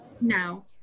No